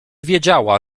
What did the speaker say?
wiedziała